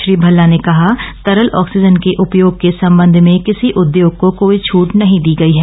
श्री भल्ला ने कहा तरल ऑक्सीजन के उपयोग के संबंध में किसी उद्योग को कोई छूट नहीं दी गई है